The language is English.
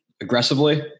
aggressively